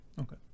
Okay